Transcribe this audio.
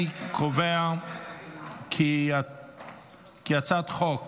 אני קובע כי הצעת חוק